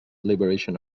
liberation